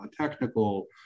technical